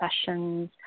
sessions